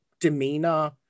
demeanor